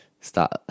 start